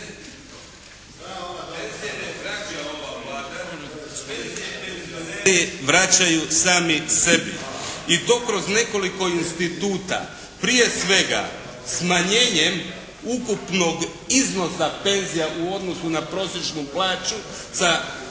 Penzije ne vraća ova Vlada. Penzije penzioneri vraćaju sami sebi. I to kroz nekoliko instituta. Prije svega smanjenjem ukupnog iznosa penzija u odnosu na prosječnu plaću sa